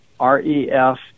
REF